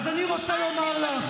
אז אני רוצה לומר לך,